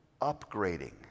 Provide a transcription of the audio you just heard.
upgrading